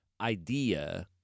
idea